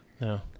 No